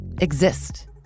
exist